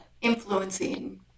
influencing